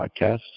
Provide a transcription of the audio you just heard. podcast